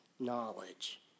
knowledge